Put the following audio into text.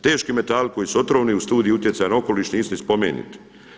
Teški metali koji su otrovni u Studiji utjecaja na okoliš nisu ni spomenuti.